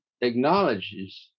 acknowledges